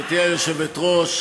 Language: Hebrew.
גברתי היושבת-ראש,